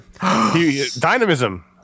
dynamism